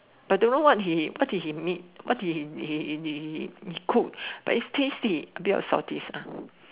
but don't know what he what did he mean what did he cook but its tasty a bit of saltish